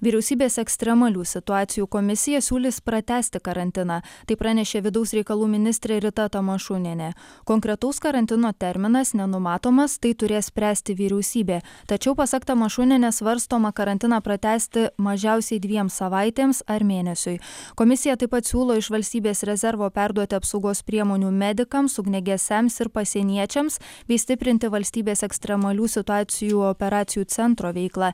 vyriausybės ekstremalių situacijų komisija siūlys pratęsti karantiną tai pranešė vidaus reikalų ministrė rita tamašūnienė konkretaus karantino terminas nenumatomas tai turės spręsti vyriausybė tačiau pasak tamašūnienės svarstoma karantiną pratęsti mažiausiai dviem savaitėms ar mėnesiui komisija taip pat siūlo iš valstybės rezervo perduoti apsaugos priemonių medikams ugniagesiams ir pasieniečiams bei stiprinti valstybės ekstremalių situacijų operacijų centro veiklą